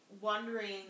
wondering